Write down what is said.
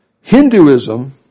Hinduism